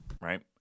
right